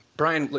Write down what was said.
brian,